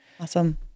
Awesome